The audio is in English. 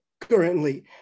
currently